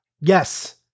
yes